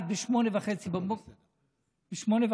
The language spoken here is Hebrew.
אמת, שדיבר